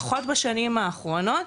פחות בשנים האחרונות,